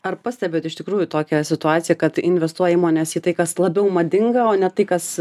ar pastebit iš tikrųjų tokią situaciją kad investuojama nes į tai kas labiau madinga o ne tai kas